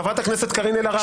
חברת הכנסת קארין אלהרר,